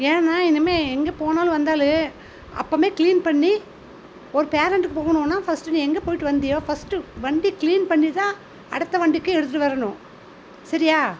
ஏன்னா இனிமேல் எங்கே போனாலும் வந்தாலும் அப்பயே க்ளீன் பண்ணி ஒரு பேரண்ட்டுக்கு போகணும்னா ஃபஸ்ட்டு நீ எங்கே போய்ட்டு வந்தாயோ ஃபஸ்ட்டு வண்டியை க்ளீன் பண்ணி தான் அடுத்த வண்டிக்கு எடுத்துகிட்டு வரணும் சரியா